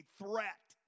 threat